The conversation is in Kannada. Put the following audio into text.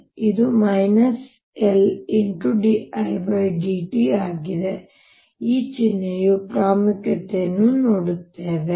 ಆದ್ದರಿಂದ ಇದು ಮೈನಸ್ LdIdt ಆಗಿದೆ ಈಗ ನಾವು ಈ ಚಿಹ್ನೆಯ ಪ್ರಾಮುಖ್ಯತೆಯನ್ನು ನೋಡುತ್ತೇವೆ